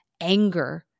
anger